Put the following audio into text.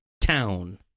town